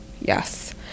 yes